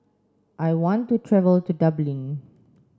I want to travel to Dublin